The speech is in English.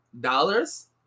dollars